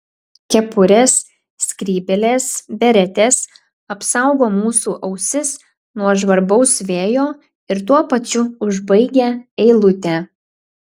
kepurės skrybėlės beretės apsaugo mūsų ausis nuo žvarbaus vėjo ir tuo pačiu užbaigia eilutę